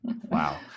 Wow